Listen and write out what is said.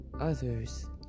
others